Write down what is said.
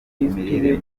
imirire